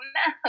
no